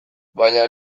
baina